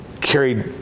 carried